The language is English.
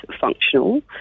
functional